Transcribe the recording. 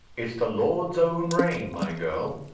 it's the lord's own rain, my girl.